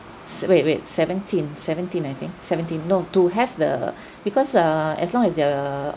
wait wait seventeen seventeen I think seventeen no to have the because err as long as they're